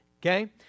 okay